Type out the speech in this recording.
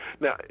Now